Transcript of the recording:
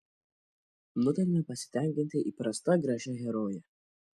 nutarėme pasitenkinti įprasta gražia heroje